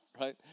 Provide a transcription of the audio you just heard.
right